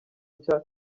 nshya